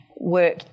work